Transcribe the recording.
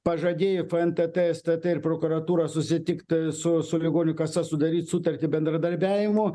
pažadėjo fntt stt ir prokuratūra susitikt su su ligonių kasa sudaryt sutartį bendradarbiavimo